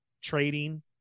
trading